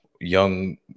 young